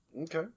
Okay